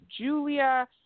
julia